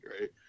right